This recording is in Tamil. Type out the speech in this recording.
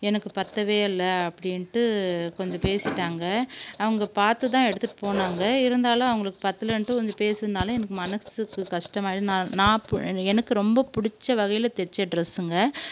எனக்கு பத்தவே இல்ல அப்டின்ட்டு கொஞ்சம் பேசிட்டாங்க அவங்க பார்த்துதான் எடுத்துகிட்டு போனாங்க இருந்தாலும் அவங்களுக்கு பத்தலைன்ட்டு வந்து பேசுனதுனால எனக்கு மனதுக்கு கஷ்டமாயிட்டுது நான் நான் பு எனக்கு ரொம்ப பிடிச்ச வகையில் தைச்ச ட்ரெஸ்ஸுங்க